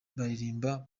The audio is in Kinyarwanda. baririmba